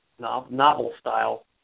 novel-style